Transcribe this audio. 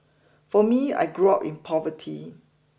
for me I grew up in poverty